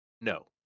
No